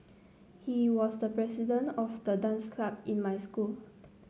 he was the president of the dance club in my school